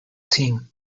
team